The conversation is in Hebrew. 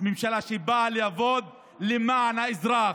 ממשלה שבאה לעבוד למען האזרח,